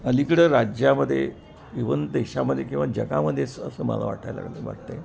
अलीकडे राज्यामध्ये इव्हन देशामध्ये किंवा जगामध्येच असं मला वाटायला लागलं आहे वाटत आहे